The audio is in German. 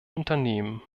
unternehmen